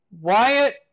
Wyatt